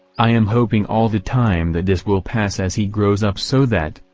i am hoping all the time that this will pass as he grows up so that,